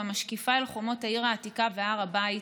המשקיפה אל חומות העיר העתיקה והר הבית,